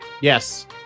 Yes